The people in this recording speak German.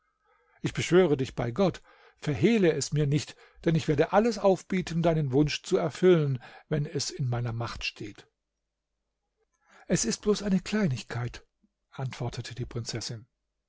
ich beschwöre dich bei gott verhehle es mir nicht denn ich werde alles aufbieten deinen wunsch zu erfüllen wenn es in meiner macht steht es ist bloß eine kleinigkeit antwortete die prinzessin